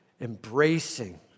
Embracing